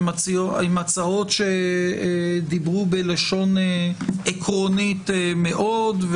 הן הצעות שדיברו בלשון עקרונית מאוד,